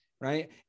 right